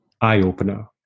eye-opener